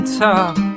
top